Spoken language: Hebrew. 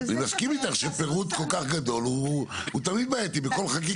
אני מסכים איתך שפירוט כל כך גדול הוא תלוי בהם.